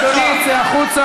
חבר הכנסת חסון,